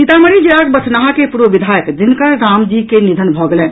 सीतामढ़ी जिलाक बथनाहा के पूर्व विधायक दिनकर रामजी के निधन भऽ गेलनि